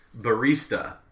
barista